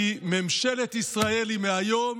כי ממשלת ישראל היא מהיום